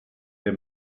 der